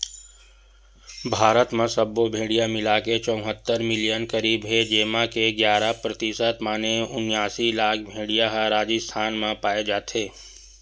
भारत म सब्बो भेड़िया मिलाके चउहत्तर मिलियन करीब हे जेमा के गियारा परतिसत माने उनियासी लाख भेड़िया ह राजिस्थान म पाए जाथे